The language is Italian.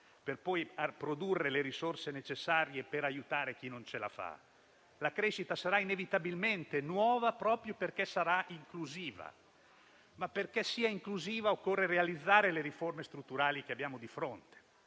per poi produrre le risorse necessarie per aiutare chi non ce la fa. La crescita sarà inevitabilmente nuova proprio perché sarà inclusiva. Perché sia così occorre realizzare le riforme strutturali che abbiamo di fronte.